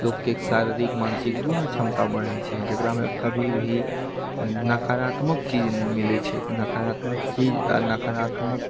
लोककेँ शारीरिक आ मानसिक दुनू क्षमता बढ़ैत छै कभी भी नकारात्मक चीज नहि मिलैत छै नकारात्मक चीज आ नकारात्मक भाव